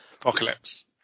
apocalypse